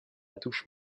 touche